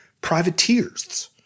privateers